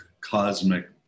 cosmic